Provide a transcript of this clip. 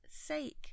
sake